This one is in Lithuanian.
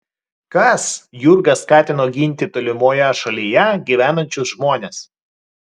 kas jurgą skatino ginti tolimoje šalyje gyvenančius žmones